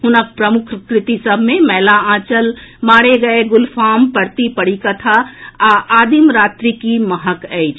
हुनक प्रमुख कृति सभ मे मैला आंचल मारे गये गुलफाम परती परिकथा आ आदिम रात्रि की महक अछि